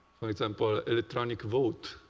example, electronic vote.